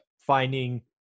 finding